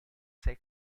sei